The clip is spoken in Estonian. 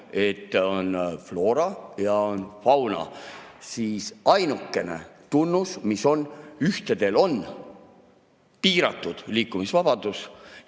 see on floora ja see on fauna. Ainukene tunnus, mis on: ühtedel on piiratud liikumisvabadus